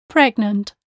Pregnant